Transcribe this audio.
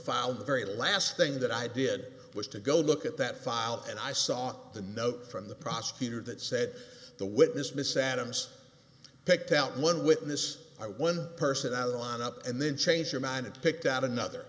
file the very last thing that i did was to go look at that file and i saw the note from the prosecutor that said the witness miss adams picked out one witness i one person i lined up and then change your mind and picked out another